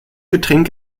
getränk